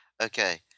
Okay